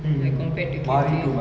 when compared to cathay